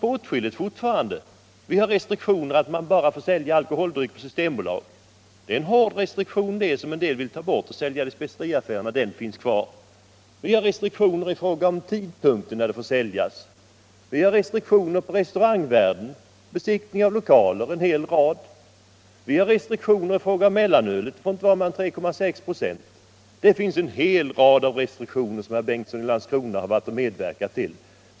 Vi har fortfarande åtskilliga restriktioner. Vin och sprit får säljas bara på Systembolaget, en hård restriktion som en del vill ta bort men som finns kvar. Vi har restriktioner i fråga om tidpunkter när alkoholhaltiga drycker får försäljas. Vi har restriktioner för restaurangnäringen, i fråga om besiktning av lokaler ete. Vi har restriktioner som säger att mellanölet inte får hålla högre alkoholhalt än 3,6 96. Det finns en hel rad av restriktioner som herr Bengtsson i Landskrona har ' medverkat till.